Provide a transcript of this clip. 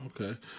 okay